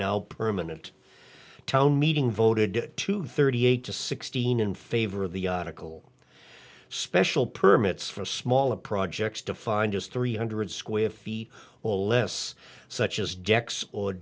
now permanent town meeting voted two thirty eight to sixteen in favor of the article special permits for smaller projects defined as three hundred square feet or less such as